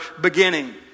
beginning